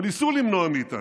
או ניסו למנוע מאיתנו,